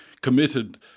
committed